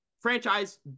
franchise